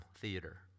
theater